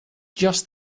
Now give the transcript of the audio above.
just